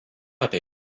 apie